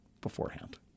beforehand